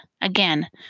again